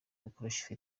bikoresho